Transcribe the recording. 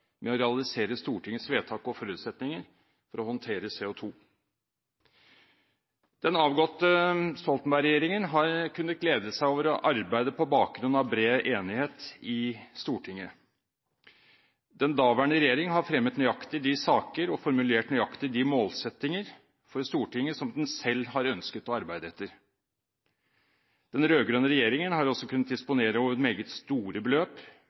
med å realisere Stortingets vedtak og forutsetninger for å håndtere CO2. Den avgåtte Stoltenberg-regjeringen har kunnet glede seg over å arbeide på bakgrunn av bred enighet i Stortinget. Den daværende regjering fremmet nøyaktig de saker og formulerte nøyaktig de målsettinger for Stortinget som den selv ønsket å arbeide etter. Den rød-grønne regjeringen kunne altså disponere over meget store beløp